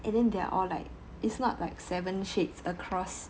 and then they're all like it's not like seven shades across